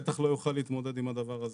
בטח לא יוכל להתמודד עם הדבר הזה.